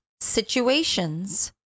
situations